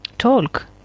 talk